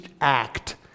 act